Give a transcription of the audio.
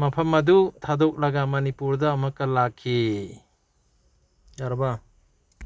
ꯃꯐꯝ ꯑꯗꯨ ꯊꯥꯗꯣꯛꯂꯒ ꯃꯅꯤꯄꯨꯔꯗ ꯑꯃꯛꯀ ꯂꯥꯛꯈꯤ ꯌꯥꯔꯕ